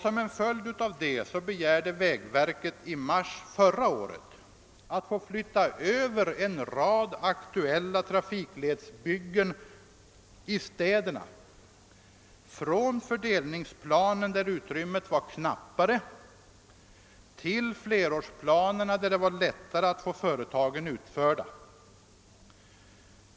Som en följd härav begärde vägverket i mars förra året att få flytta över en rad aktuella trafikledsbyggen i städerna från fördelningsplanen där utrymmet var knappt till flerårsplanerna där det var lättare att få företagen utförda.